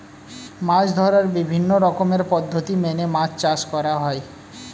মাছ ধরার বিভিন্ন রকমের পদ্ধতি মেনে মাছ চাষ করা হয়